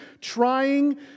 trying